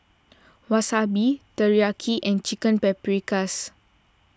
Wasabi Teriyaki and Chicken Paprikas